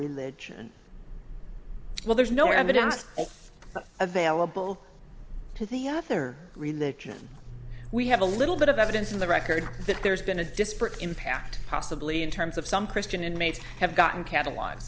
religion well there's no evidence available to the other religion we have a little bit of evidence in the record that there's been a disparate impact possibly in terms of some christian inmates have gotten catalog